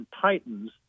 titans